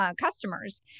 customers